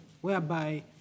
whereby